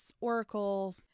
oracle